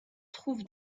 trouve